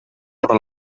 però